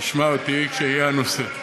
תשמע אותי כשיהיה הנושא.